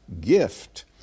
gift